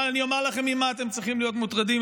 אבל אני אגיד לכם ממה אתם צריכים להיות מוטרדים,